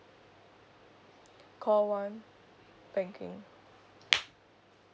call one banking